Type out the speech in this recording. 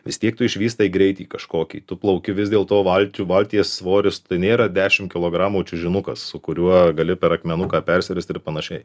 vis tiek tu išvystai greitį kažkokį tu plauki vis dėl to valtių valties svoris nėra dešimt kilogramų čiužinukas su kuriuo gali per akmenuką persiristi ir panašiai